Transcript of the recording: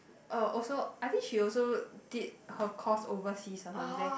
oh also I think she also did her course overseas or something